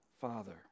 Father